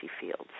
fields